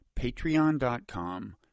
patreon.com